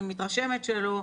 אני מתרשמת שלא.